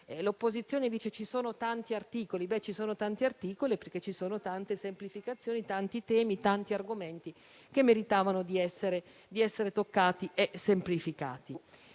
L'opposizione dice che ci sono tanti articoli: ebbene, ci sono tanti articoli perché ci sono tante semplificazioni, tanti temi, tanti argomenti che meritavano di essere di essere toccati e semplificati.